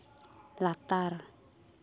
ᱞᱟᱛᱟᱨ